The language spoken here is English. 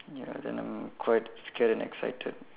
ya then I'm quite scared and excited